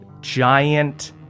giant